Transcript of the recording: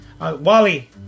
Wally